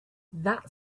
that